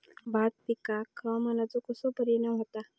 भात पिकांर हवामानाचो कसो परिणाम होता?